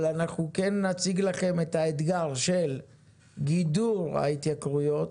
אבל אנחנו כן נציג לכם את האתגר של גידור ההתייקרויות,